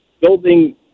building